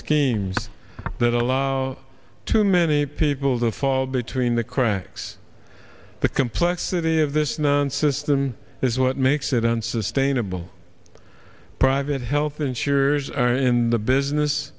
schemes that allow too many people to fall between the cracks the complexity of this man system is what makes it unsustainable private health insurers are in the business